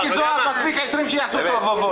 מספיק 20 שיעשו תוהו ובוהו.